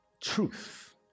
truth